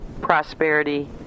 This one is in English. prosperity